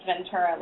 Ventura